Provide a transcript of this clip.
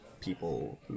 people